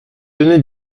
donner